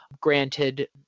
granted